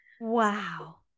Wow